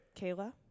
Kayla